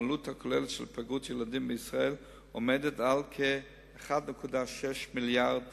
העלות הכוללת של היפגעות ילדים בישראל עומדת על כ-1.6 מיליארד